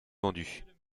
vendu